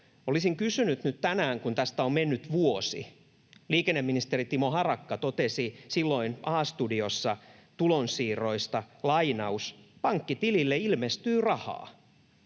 Olisin kysynyt tästä nyt tänään, kun tästä on mennyt vuosi. Liikenneministeri Timo Harakka totesi silloin A‑studiossa tulonsiirroista, että ”pankkitilille ilmestyy rahaa”,